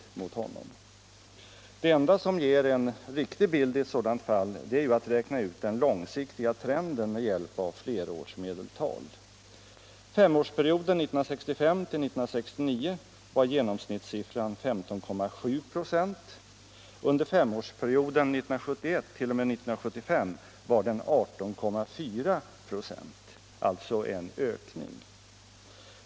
Det enda som ger en riktig bild i sådant fall är att räkna ut den långsiktiga trenden med hjälp av flerårsmedeltal. För femårsperioden 1965-1969 var genomsnittssiffran 15,7 926. Under femårsperioden 1971-1975 var den 18,4 96, alltså en ökning.